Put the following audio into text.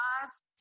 lives –